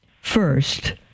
first